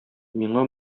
миңа